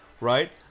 right